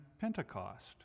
Pentecost